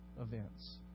events